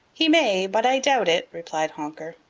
he may, but i doubt it, replied honker.